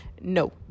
no